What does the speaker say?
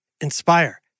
inspire